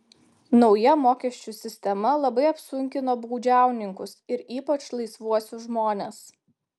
nauja mokesčių sistema labai apsunkino baudžiauninkus ir ypač laisvuosius žmones